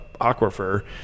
aquifer